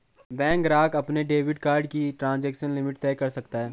bank ग्राहक अपने debit card की ट्रांज़ैक्शन लिमिट तय कर सकता है